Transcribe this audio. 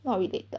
not related